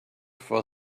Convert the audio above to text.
for